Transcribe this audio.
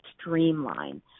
streamline